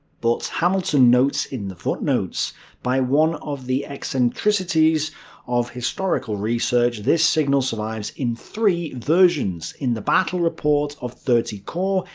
but hamilton notes in the footnotes by one of the eccentricities of historical research, this signal survives in three versions in the battle report of thirty corps,